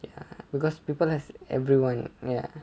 ya because people have everyone ya